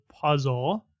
puzzle